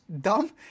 dumb